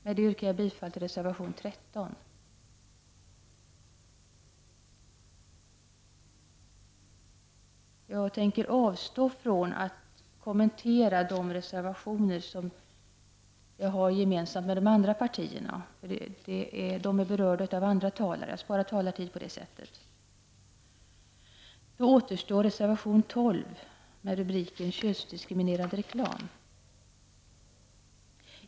Med detta yrkar jag bifall till reservation 13. Jag tänker avstå från att kommentera de reservationer som jag har gemensamt med de andra partierna. De har berörts av andra talare. Jag sparar tid på det sättet. Återstår reservation 12, med rubriken Könsdiskriminerande reklam.